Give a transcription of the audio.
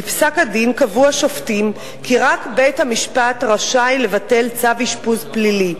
בפסק-הדין קבעו השופטים כי רק בית-המשפט רשאי לבטל צו אשפוז פלילי,